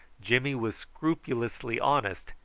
jimmy was scrupulously honest,